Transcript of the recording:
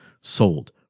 sold